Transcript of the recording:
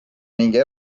mingi